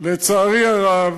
לצערי הרב,